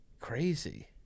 crazy